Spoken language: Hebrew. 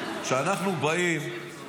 חשוב לי סט הערכים שאנחנו מביאים מהבית.